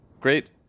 great